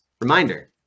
Reminder